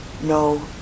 No